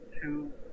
two